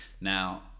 now